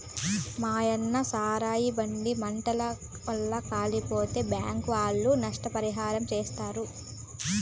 మాయన్న సారాయి బండి మంటల్ల కాలిపోతే బ్యాంకీ ఒళ్ళు నష్టపరిహారమిచ్చారు